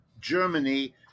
Germany